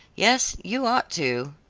yes, you ought to,